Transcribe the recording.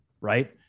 Right